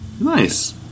nice